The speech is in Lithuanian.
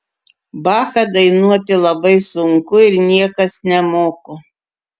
bachą dainuoti labai sunku ir niekas nemoko